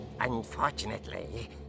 Unfortunately